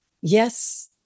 Yes